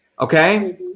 Okay